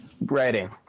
writing